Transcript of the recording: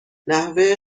نحوه